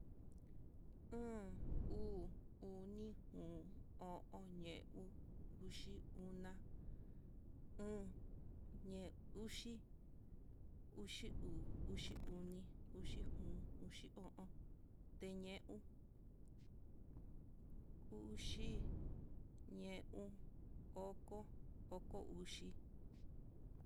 Aan, uu, oni, jon, o'on, ñeu, uxi, ona, o'on, ñe uxi, uxi uu, uxi oni, uxi jon, oxi o'on, teñe uu, uu oxu, ñeon, oko, oko uxi.